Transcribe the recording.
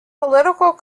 political